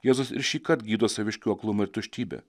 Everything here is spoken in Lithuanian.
jėzus ir šįkart gydo saviškių aklumą ir tuštybę